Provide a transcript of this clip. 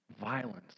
violence